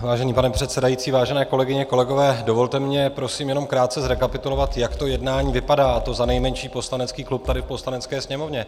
Vážený pane předsedající, vážené kolegyně, kolegové, dovolte mně prosím jenom krátce zrekapitulovat, jak to jednání vypadá, a to za nejmenší poslanecký klub tady v Poslanecké sněmovně.